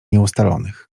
nieustalonych